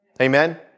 Amen